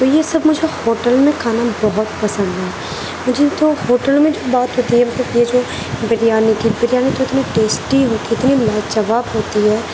تو یہ سب مجھے ہوٹل میں کھانا بہت پسند ہیں مجھے تو ہوٹل میں جو بات ہوتی ہے یہ جو بریانی کی بریانی تو اتنی ٹیسٹی ہوتی ہے اتنی لاجواب ہوتی ہے